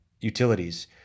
utilities